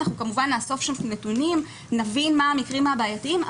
יש בכוונתנו לאסוף את הנתונים ולהבין מה המקרים הבעייתיים.